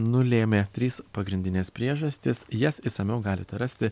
nulėmė trys pagrindinės priežastys jas išsamiau galite rasti